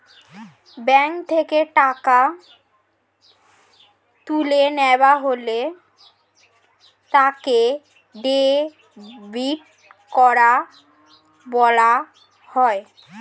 bank থেকে টাকা তুলে নেওয়া হলে তাকে ডেবিট করা বলা হয়